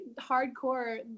hardcore